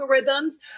algorithms